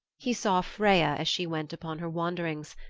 he saw freya as she went upon her wanderings,